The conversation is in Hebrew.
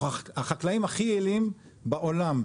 אנחנו החקלאים הכי יעילים בעולם,